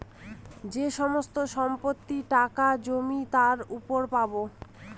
যে সমস্ত সম্পত্তি, টাকা, জমি তার উপর পাবো